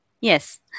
Yes